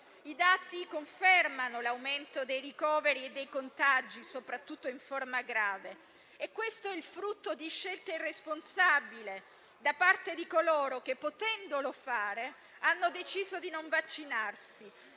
I dati confermano l'aumento dei ricoveri e dei contagi, soprattutto in forma grave, e questo è il frutto di scelte irresponsabili da parte di coloro che potendolo fare hanno deciso di non vaccinarsi,